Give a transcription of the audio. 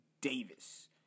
Davis